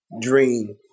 dream